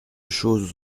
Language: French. choses